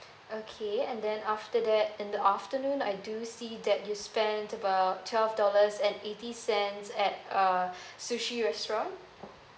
okay and then after that in the afternoon I do see that you spent about twelve dollars and eighty cents at a sushi restaurant